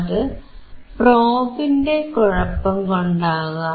അത് പ്രോബിന്റെ കുഴപ്പംകൊണ്ടാകാം